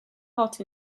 hot